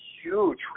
huge